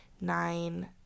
nine